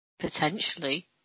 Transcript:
Potentially